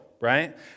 right